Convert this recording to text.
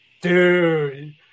dude